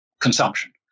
consumption